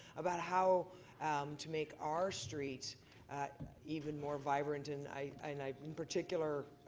about how to make our street even more vibrant. in i mean particular,